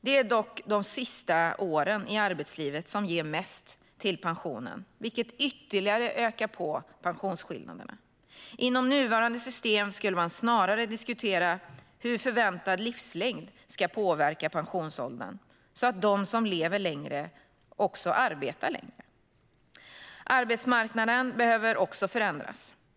Det är dock de sista åren i arbetslivet som ger mest till pensionen, vilket ytterligare ökar pensionsskillnaderna. Inom nuvarande system borde man snarare diskutera hur förväntad livslängd ska påverka pensionsåldern så att de som lever längre också arbetar längre. Arbetsmarknaden behöver också förändras.